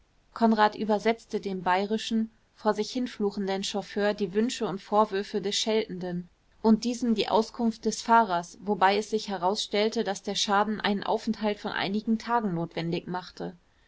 konrad übersetzte dem bayrischen vor sich hinfluchenden chauffeur die wünsche und vorwürfe des scheltenden und diesem die auskunft des fahrers wobei es sich herausstellte daß der schaden einen aufenthalt von einigen tagen notwendig machte